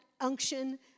unction